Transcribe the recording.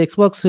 Xbox